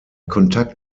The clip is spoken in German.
kontakt